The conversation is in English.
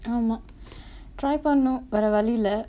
ஆமா:aamaa try பண்ணனும் வேற வழி இல்ல:pannanum vera vali illa lab